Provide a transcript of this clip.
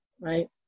right